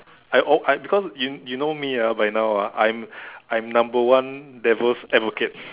I or I because you you know me ah by now ah I'm I'm number one devil's advocate